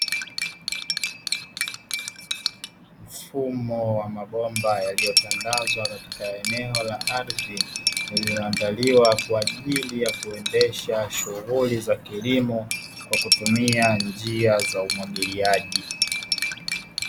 Mfumo wa mabomba yaliyotandazwa katika eneo la ardhi lililoandaliwa kwa ajili ya kuendesha shughuli za kilimo kwa kutumia njia za umwagiliaji.